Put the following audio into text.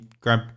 grab